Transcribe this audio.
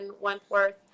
Wentworth